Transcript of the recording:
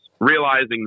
realizing